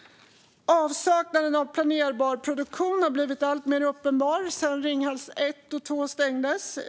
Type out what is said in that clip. Avsaknaden av planerbar produktion har blivit alltmer uppenbar sedan Ringhals 1 och 2 stängdes.